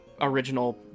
original